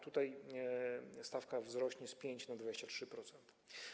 Tutaj stawka wzrośnie z 5% na 23%.